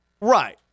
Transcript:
right